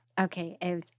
okay